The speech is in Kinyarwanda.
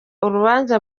urubanza